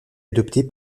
adoptée